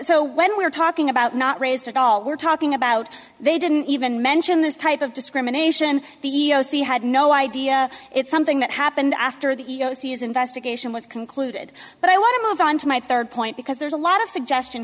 so when we're talking about not raised at all we're talking about they didn't even mention this type of discrimination the e e o c had no idea it's something that happened after the e e o c is investigation was concluded but i want to move on to my third point because there's a lot of